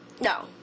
No